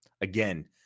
again